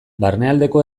barnealdeko